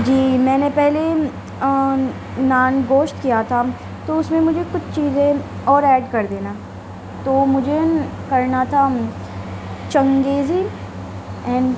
جی میں نے پہلے نان گوشت کیا تھا تو اس میں مجھے کچھ چیزیں اور ایڈ کر دینا تو مجھے کرنا تھا چنگیزی اینڈ